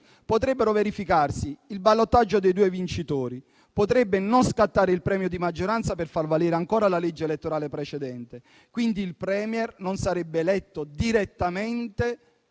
Potrebbe verificarsi il ballottaggio tra i due vincitori, potrebbe non scattare il premio di maggioranza per far valere ancora la legge elettorale precedente, quindi il *Premier* non sarebbe eletto direttamente